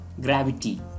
gravity